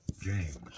James